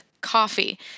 coffee